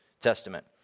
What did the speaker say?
Testament